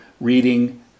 reading